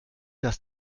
dass